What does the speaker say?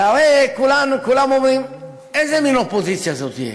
והרי כולם אומרים: איזה מין אופוזיציה זו תהיה?